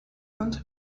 und